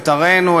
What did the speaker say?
את ערינו,